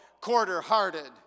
quarter-hearted